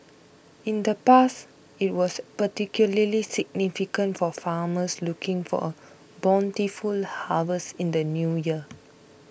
in the past it was particularly significant for farmers looking for a bountiful harvest in the New Year